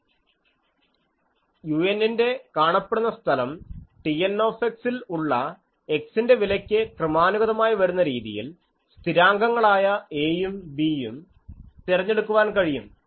u ന്റെ കാണപ്പെടുന്ന സ്ഥലം TN ൽ ഉള്ള x ന്റെ വിലയ്ക്ക് ക്രമാനുഗതമായി വരുന്ന രീതിയിൽ സ്ഥിരാംങ്കങ്ങളായ a യും b യും തെരഞ്ഞെടുക്കുവാൻ കഴിയും